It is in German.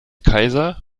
kaiser